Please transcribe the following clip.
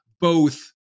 both-